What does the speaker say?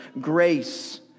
grace